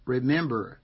Remember